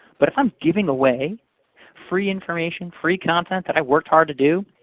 but if i'm giving away free information, free content, that i worked hard to do,